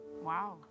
Wow